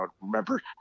Remember